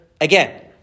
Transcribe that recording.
Again